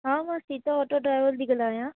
हा मां Sita auto driver थी ॻाल्हायां